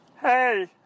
Hey